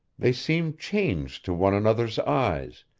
they seemed changed to one another's eyes,